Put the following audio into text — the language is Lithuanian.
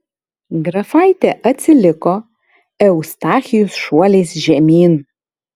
grafaitė atsiliko eustachijus šuoliais žemyn